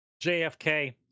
JFK